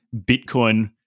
Bitcoin